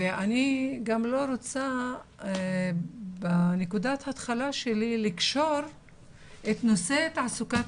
אני גם לא רוצה בנקודת התחלה שלי לקשור את נושא תעסוקת